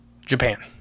japan